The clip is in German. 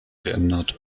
geändert